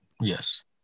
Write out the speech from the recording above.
Yes